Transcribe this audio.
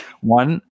One